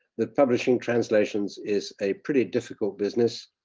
that publishing translations is a pretty difficult business.